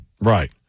Right